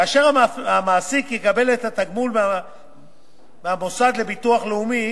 כאשר המעסיק יקבל את התגמול מהמוסד לביטוח לאומי